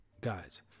guys